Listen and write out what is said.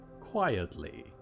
quietly